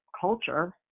culture